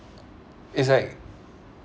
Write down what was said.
it's like